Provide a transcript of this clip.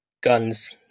guns